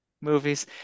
Movies